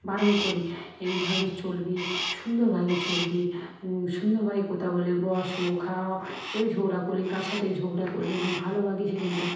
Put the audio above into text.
বারণ করি এইভাবে চলবি সুন্দরভাবে চলবি সুন্দরভাবে কথা বলবি বসো খাও কেউ ঝগড়া করলে কার সাথে ঝগড়া করবে না ভালোভাবে সেখানটায়